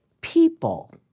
people